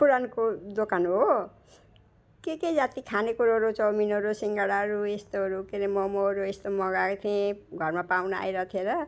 पुरनको दोकान हो के के जाति खानेकुरोहरू चाउमिनहरू सिङ्गडाहरू यस्तोहरू के अरे मोमोहरू यस्तो मगाएको थिएँ घरमा पाहुना आइरहेको थियो र